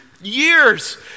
years